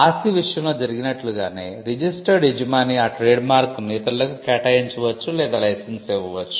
ఆస్తి విషయంలో జరిగినట్లుగానే రిజిస్టర్డ్ యజమాని ఆ ట్రేడ్మార్క్ ను ఇతరులకు కేటాయించవచ్చు లేదా లైసెన్స్ ఇవ్వవచ్చు